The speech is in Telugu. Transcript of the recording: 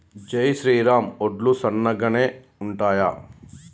జై శ్రీరామ్ వడ్లు సన్నగనె ఉంటయా?